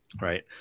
right